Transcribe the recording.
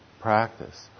practice